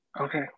Okay